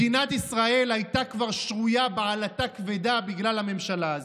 מדינת ישראל הייתה כבר שרויה בעלטה כבדה בגלל הממשלה הזאת.